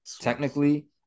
technically